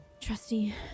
Trusty